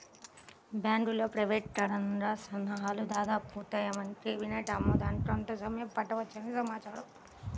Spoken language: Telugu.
బ్యాంకుల ప్రైవేటీకరణకి సన్నాహాలు దాదాపు పూర్తయ్యాయని, కేబినెట్ ఆమోదానికి కొంత సమయం పట్టవచ్చని సమాచారం